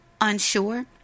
unsure